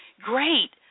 Great